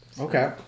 okay